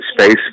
space